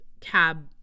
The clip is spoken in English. cab